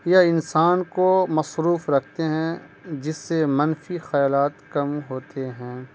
یا انسان کو مصروف رکھتے ہیں جس سے منفی خیالات کم ہوتے ہیں